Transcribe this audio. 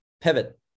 pivot